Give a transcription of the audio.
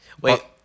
Wait